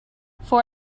for